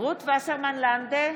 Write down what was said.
רות וסרמן לנדה,